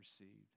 received